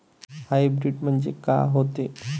Hybrid म्हनजे का होते?